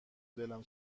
دلم